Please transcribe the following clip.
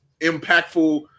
impactful